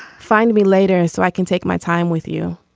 find me later so i can take my time with you.